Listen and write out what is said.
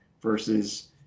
versus